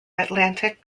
atlantic